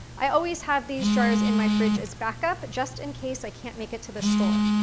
i always have these jars in my fridge as back up, just in case i can't make it to the store.